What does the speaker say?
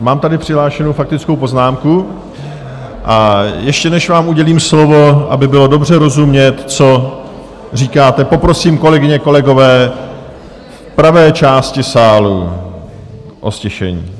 Mám tady přihlášenou faktickou poznámku a ještě než vám udělím slovo, aby bylo dobře rozumět, co říkáte, poprosím kolegyně, kolegové v pravé části sálu, o ztišení.